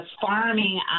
farming